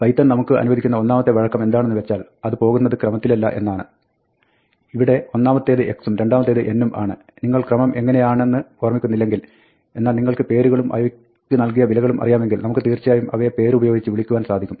Python നമുക്ക് അനുവദിക്കുന്ന ഒന്നാമത്തെ വഴക്കം എന്താണെന്ന് വെച്ചാൽ അത് പോകുന്നത് ക്രമത്തില്ല എന്നതാണ് ഇവിടെ ഒന്നാമത്തേത് x ഉം രണ്ടാമത്തേത് n ഉം ആണ് നിങ്ങൾ ക്രമം എങ്ങിനെയാണെന്ന് ഓർമ്മിക്കുന്നില്ലെങ്കിൽ എന്നാൽ നിങ്ങൾക്ക് പേരുകളും അവയ്ക്ക് നൽകിയ വിലകളും അറിയാമെങ്കിൽ നമുക്ക് തീർച്ചയായും അവയെ പേരുപയോഗിച്ച് വിളിക്കുവാൻ സാധിക്കും